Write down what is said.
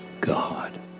God